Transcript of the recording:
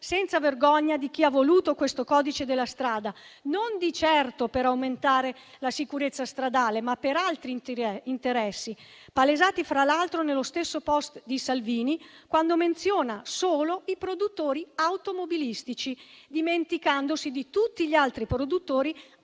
senza vergogna di chi ha voluto questo codice della strada non di certo per aumentare la sicurezza stradale, ma per altri interessi, palesati fra l'altro nello stesso *post* di Salvini, quando menziona solo i produttori automobilistici, dimenticandosi di tutti gli altri produttori